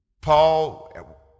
Paul